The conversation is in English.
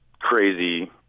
crazy